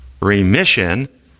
remission